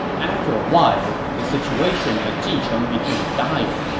after a while, the situation at jicheng became dire,